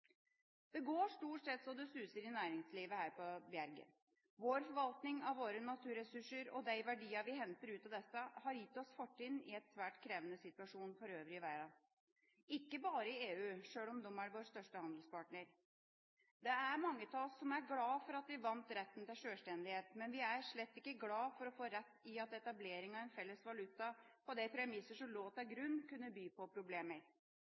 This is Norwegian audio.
Det går stort sett så det suser i næringslivet her på berget. Vår forvaltning av våre naturressurser og de verdier vi henter ut av disse, har gitt oss fortrinn i en svært krevende situasjon for øvrig i verden – ikke bare i EU, som er vår største handelspartner. Det er mange av oss som er glad for at vi vant retten til sjølstendighet, men vi er slett ikke glad for å få rett i at etableringa av en felles valuta på de premisser som lå til grunn, kunne by på problemer.